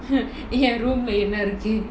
uh என்:en room leh என்ன இருக்கு:enna irukku